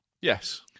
Yes